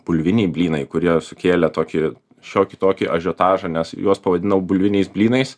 bulviniai blynai kurie sukėlė tokį šiokį tokį ažiotažą nes juos pavadinau bulviniais blynais